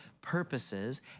purposes